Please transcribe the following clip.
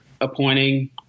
appointing